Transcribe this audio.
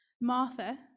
martha